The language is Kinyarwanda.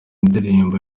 indirimbo